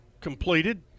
completed